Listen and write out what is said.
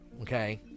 okay